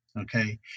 okay